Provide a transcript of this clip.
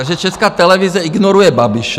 Takže Česká televize ignoruje Babiše.